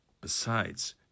Besides